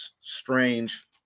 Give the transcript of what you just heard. strange